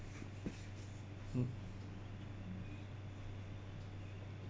mm